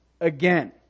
again